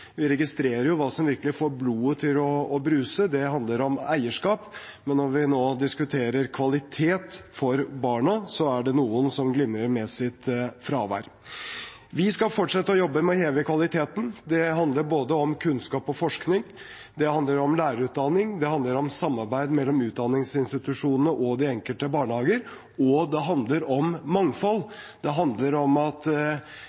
Vi registrerer jo hva som virkelig får blodet til å bruse. Det handler om eierskap. Men når vi nå diskuterer kvalitet for barna, er det noen som glimrer med sitt fravær. Vi skal fortsette å jobbe med å heve kvaliteten. Det handler om både kunnskap og forskning, det handler om lærerutdanning, det handler om samarbeid mellom utdanningsinstitusjonene og de enkelte barnehager, og det handler om